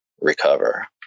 recover